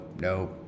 no